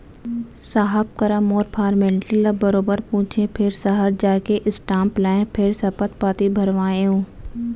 साहब करा मोर फारमेल्टी ल बरोबर पूछें फेर सहर जाके स्टांप लाएँ फेर सपथ पाती भरवाएंव